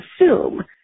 assume